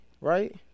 right